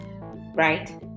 right